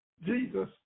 Jesus